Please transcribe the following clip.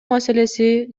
маселеси